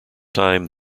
time